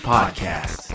Podcast